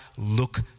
look